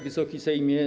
Wysoki Sejmie!